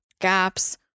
GAPS